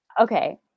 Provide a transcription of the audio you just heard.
Okay